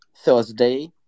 Thursday